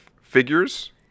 figures